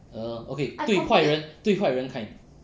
err oh okay 对坏人对坏人 kind